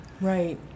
Right